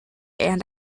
and